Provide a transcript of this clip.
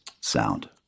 sound